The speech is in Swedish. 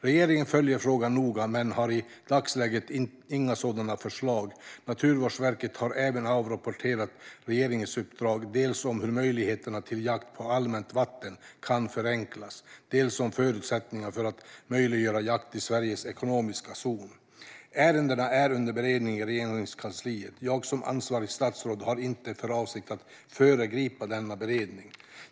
Regeringen följer frågan noga men har i dagsläget inga sådana förslag. Naturvårdsverket har även avrapporterat regeringsuppdrag dels om hur möjligheterna till jakt på allmänt vatten kan förenklas, dels om förutsättningarna för att möjliggöra jakt i Sveriges ekonomiska zon. Ärendena är under beredning i Regeringskansliet. Jag som ansvarigt statsråd har inte för avsikt att föregripa denna beredning.